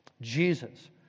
Jesus